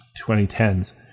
2010s